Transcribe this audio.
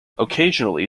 occasionally